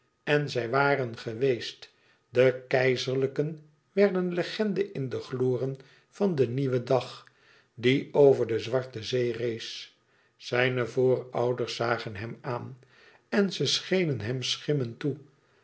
en zij waren geweest de keizerlijken werden legende in het gloren van den nieuwen dag die over de zwarte zee rees zijne voorouders zagen hem aan en ze schenen hem schimmen toe